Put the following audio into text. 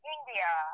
India